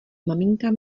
maminka